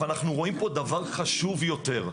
אבל אנחנו רואים פה דבר חשוב יותר.